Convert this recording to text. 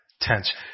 tense